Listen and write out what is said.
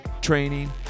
training